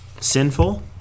sinful